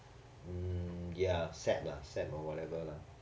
mm ya sap lah sap or whatever lah